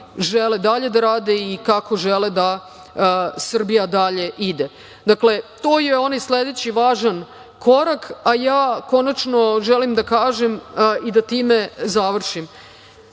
da rade i kako žele da Srbija dalje ide. Dakle, to je onaj sledeći važan korak. Želim da kažem i da time završim.